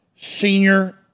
senior